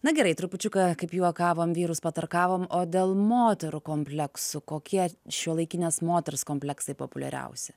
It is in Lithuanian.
na gerai trupučiuką kaip juokavom vyrus patarkavom o dėl moterų kompleksų kokie šiuolaikinės moters kompleksai populiariausi